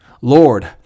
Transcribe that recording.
Lord